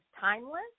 timeless